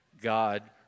God